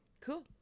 Cool